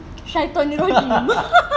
syaitonnirrajim